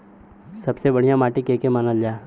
सबसे बढ़िया माटी के के मानल जा?